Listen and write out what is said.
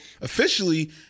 officially